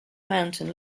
mountain